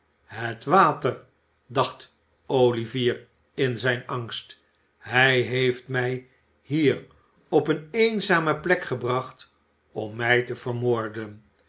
het water dacht olivier in zijn angst hij heeft mij hier op deze eenzame plek gebracht om mij te vermoorden